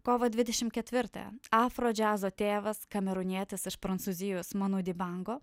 kovo dvidešimt ketvirtąją afrodžiazo tėvas kamerūnietis iš prancūzijos monodi bango